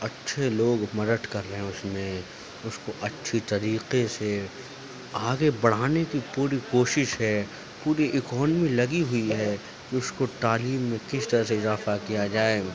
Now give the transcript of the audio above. اچھے لوگ مدد کر رہے ہیں اس میں اس کو اچھی طریقے سے آگے بڑھانے کی پوری کوشش ہے پوری اکانمی لگی ہوئی ہے کہ اس کو تعلیم میں کس طرح سے اضافہ کیا جائے